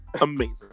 amazing